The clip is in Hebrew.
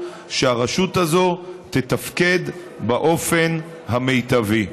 הוא שהרשות הזו תתפקד באופן המיטבי.